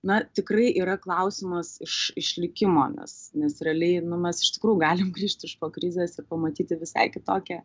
na tikrai yra klausimas iš išlikimo nes nes realiai nu mes iš tikrųjų galim grįžt iš po krizės ir pamatyti visai kitokią